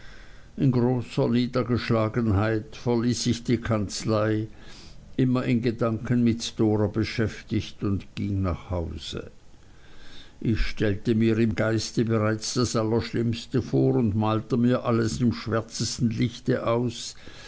in großer niedergeschlagenheit verließ ich die kanzlei immer in gedanken mit dora beschäftigt und ging nach hause ich stellte mir im geiste bereits das allerschlimmste vor und malte mir alles im schwärzesten lichte aus